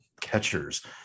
catchers